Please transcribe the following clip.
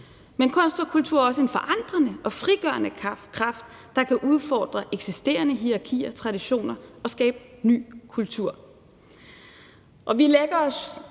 men kunst og kultur er også en forandrende og frigørende kraft, der kan udfordre eksisterende hierarkier og traditioner og skabe ny kultur.